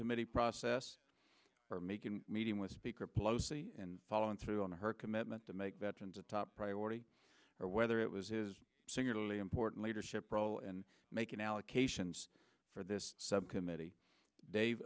committee process or making meeting with speaker pelosi and following through on her commitment to make veterans a top priority or whether it was his singularly important leadership role in making allocations for this committee